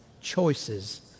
choices